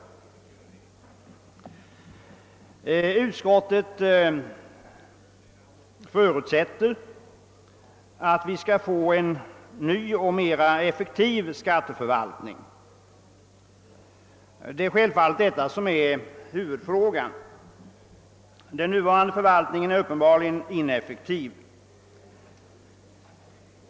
Utskottet förutsätter att vi skall få en ny och mera effektiv skatteförvaltning. Det är självklart detta som är huvudfrågan. Den nuvarande förvaltningen är uppenbarligen ineffektiv.